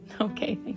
Okay